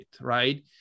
right